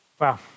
Wow